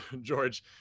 George